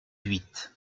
huit